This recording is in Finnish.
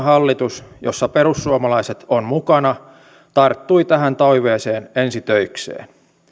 hallitus jossa perussuomalaiset on mukana tarttui tähän toiveeseen ensi töikseen